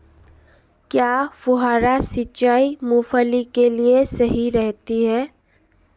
क्या फुहारा सिंचाई मूंगफली के लिए सही रहती है?